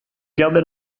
gardez